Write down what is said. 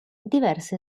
diverse